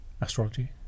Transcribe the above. astrology